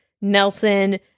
Nelson